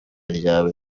ryawe